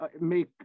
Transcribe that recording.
make